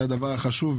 זה דבר חשוב.